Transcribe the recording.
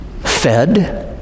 fed